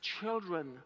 children